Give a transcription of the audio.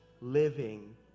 living